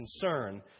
concern